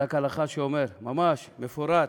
פסק הלכה שאומר, ממש מפורט,